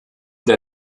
der